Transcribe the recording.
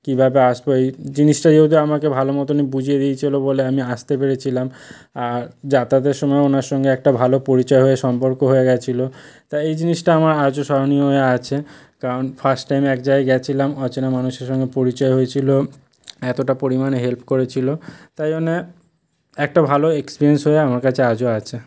কীভাবে আসবো এই জিনিসটা যেহেতু আমাকে ভালো মতনই বুঝিয়ে দিয়েছিল বলে আমি আসতে পেরেছিলাম আর যাতায়াতের সময়ও ওনার সঙ্গে একটা ভালো পরিচয় হয়ে সম্পর্ক হয়ে গিয়েছিল তাই এই জিনিসটা আমার আজও স্মরণীয় হয়ে আছে কারণ ফার্স্ট টাইম এক জায়গায় গিয়েছিলাম অচেনা মানুষের সঙ্গে পরিচয় হয়েছিল এতটা পরিমাণে হেল্প করেছিল তাই জন্যে একটা ভালো এক্সপিরিয়েন্স হয়ে আমার কাছে আজও আছে